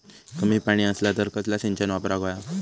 कमी पाणी असला तर कसला सिंचन वापराक होया?